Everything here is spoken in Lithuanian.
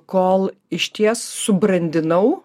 kol išties subrandinau